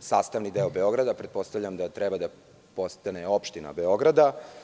sastavni deo Beograda, pretpostavljam da treba da postane opština Beograda.